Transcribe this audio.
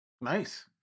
Nice